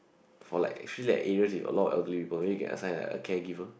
for like feel like areas in like a lot of elderly people maybe can assign a caregiver